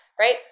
Right